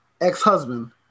ex-husband